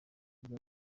nziza